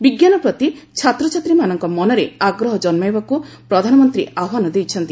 ବିଜ୍ଞାନ ପ୍ରତି ଛାତ୍ରଛାତ୍ରୀମାନଙ୍କ ମନରେ ଆଗ୍ରହ ଜନ୍ମାଇବାକୁ ପ୍ରଧାନମନ୍ତ୍ରୀ ଆହ୍ୱାନ ଦେଇଛନ୍ତି